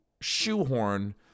shoehorn